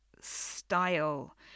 style